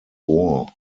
war